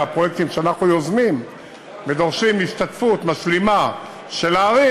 בפרויקטים שאנחנו יוזמים ודורשים השתתפות משלימה של הערים,